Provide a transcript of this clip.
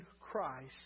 Christ